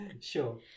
Sure